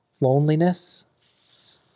loneliness